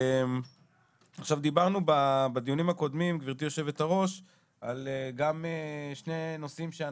דיברנו בדיונים הקודמים על שני נושאים,